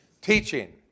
Teaching